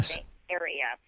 area